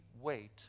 wait